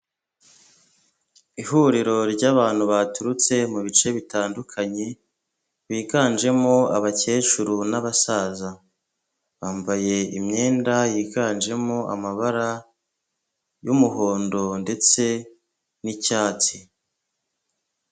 iIhuriro ry'abantu baturutse mu bice bitandukanye biganjemo abakecuru n'abasaza bambaye imyenda yiganjemo amabara y'umuhondo ndetse n'icyatsi.